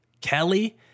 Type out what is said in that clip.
Kelly